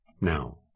Now